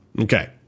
Okay